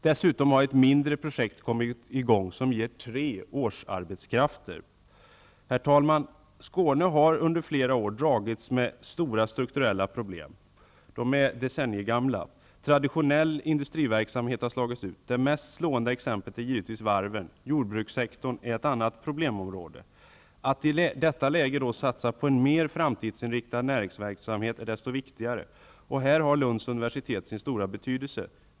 Dessutom har ett mindre projekt kommit i gång, som ger tre årsarbetskrafter. Herr talman! Skåne har under flera år dragits med stora strukturella problem. De är decenniegamla. Traditionell industriverksamhet har slagits ut. Det mest slående exemplet är givetvis varven. Jordbrukssektorn är ett annat problemområde. Att i detta läge satsa på en mer framtidsinriktad näringsverksamhet är desto viktigare. Det är i det sammanhanget Lunds universitet har sin stora betydelse.